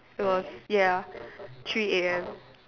it was ya three A_M